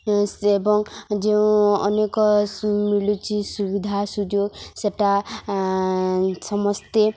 ଏବଂ ଯେଉଁ ଅନେକ ମିଲୁଛି ସୁବିଧା ସୁଯୋଗ ସେଇଟା ସମସ୍ତେ